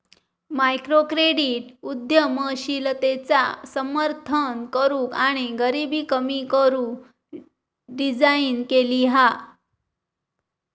microcredit उद्यमशीलतेचा समर्थन करूक आणि गरीबी कमी करू डिझाईन केली हा